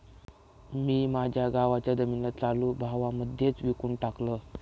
मी माझ्या गावाच्या जमिनीला चालू भावा मध्येच विकून टाकलं